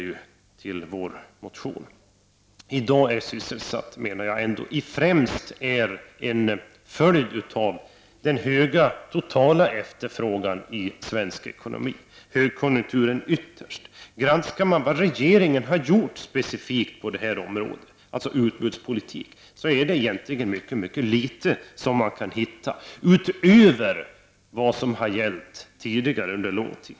Att så många kvinnor i dag har sysselsättning är främst en följd av den höga totala efterfrågan i svensk ekonomi och ytterst en följd av högkonjunkturen. Om man granskar vad regeringen har gjort specifikt på det här området, dvs. utbudspolitiken, är det egentligen mycket litet man kan finna utöver vad som har gällt tidigare under lång tid.